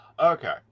okay